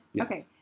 Okay